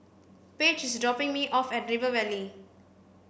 page is dropping me off at River Valley